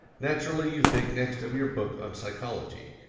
naturally you think next of your book on psychology,